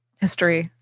History